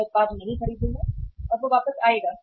मैं उत्पाद नहीं खरीदूंगा और वह वापस आएगा